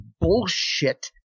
bullshit